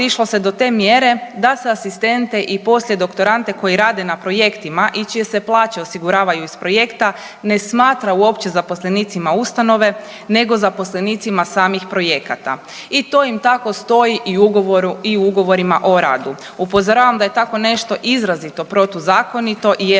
otišlo se do te mjere da se asistente i poslijedoktorande koji rade na projektima i čije se plaće osiguravaju iz projekta ne smatra uopće zaposlenicima ustanove nego zaposlenicima samih projekata i to im tako stoji i ugovorima o radu. Upozoravam da je tako nešto izrazito protuzakonito i